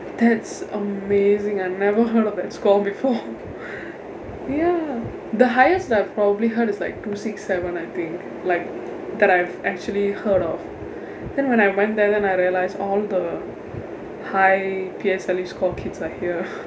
that's amazing I never heard of that score before ya the highest that I've probably heard is like two six seven I think like that I've actually heard of then when I went there then I realize all the high P_S_L_E score kids are here